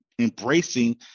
embracing